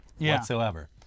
whatsoever